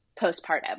postpartum